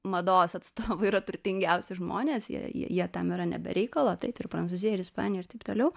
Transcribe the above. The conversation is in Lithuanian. mados atstovai yra turtingiausi žmonės jie jie jie tam yra ne be reikalo taip ir prancūzija ir ispanija ir taip toliau